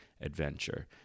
adventure